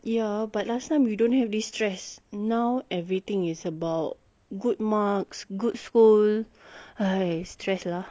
ya but last time you don't have this stress now everything is about good marks good school !hais! stress lah